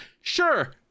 sure